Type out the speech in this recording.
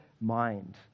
mind